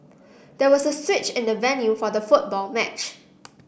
there was a switch in the venue for the football match